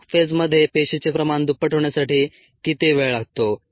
log फेजमध्ये पेशीचे प्रमाण दुप्पट होण्यासाठी किती वेळ लागतो